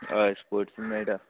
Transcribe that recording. हय स्पोट्स मेळटा